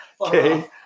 Okay